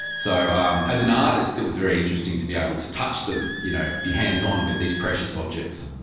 so um as an artist it was very interesting to be able to touch them, you know be hands on with these precious objects.